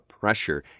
pressure